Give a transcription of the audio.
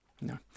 no